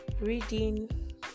reading